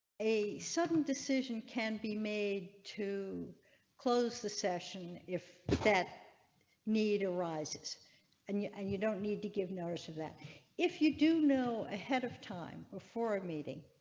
a sudden decision can be made to close the session if that need arises and you and you don't need to give notice of that if you do know ahead of time before a meeting.